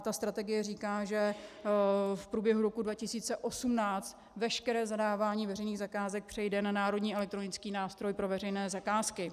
Ta strategie říká, že v průběhu roku 2018 veškeré zadávání veřejných zakázek přejde na Národní elektronický nástroj pro veřejné zakázky.